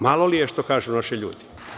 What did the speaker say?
Malo li je, što kažu naši ljudi.